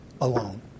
alone